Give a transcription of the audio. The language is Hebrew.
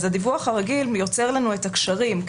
אז הדיווח הרגיל יוצר לנו את הקשרים.